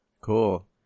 Cool